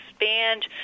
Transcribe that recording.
expand